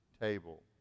table